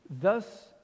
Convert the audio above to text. Thus